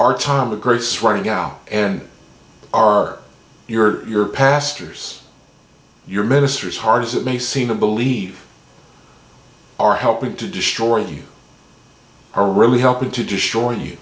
our time the greats running out and are your pastors your ministers hard as it may seem to believe are helping to destroy you are really helping to destroy you